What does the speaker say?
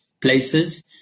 places